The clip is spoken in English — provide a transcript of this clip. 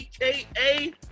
AKA